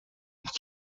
une